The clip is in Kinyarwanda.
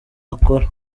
akora